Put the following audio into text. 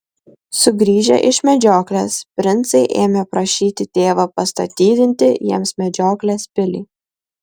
sugrįžę iš medžioklės princai ėmė prašyti tėvą pastatydinti jiems medžioklės pilį